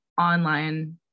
online